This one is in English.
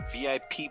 VIP